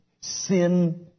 sin